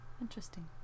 Interesting